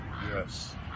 Yes